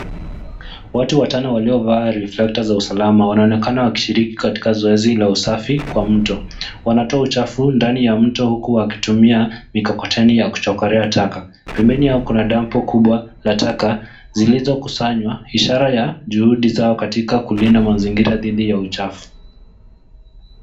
Watu watano waliovaa cs[reflectors]cs za usalama wanaonekana wakishirirki katika zoezi la usafi kwa mto. Wanatoa uchafu ndani ya mto huku wakitumia mikokoteni ya kuchokorea taka. Pembeni yao kuna dampu kubwa la taka zilizokusanywa ishara ya juhudi zao kulinda mazingira dhidi ya uchafu.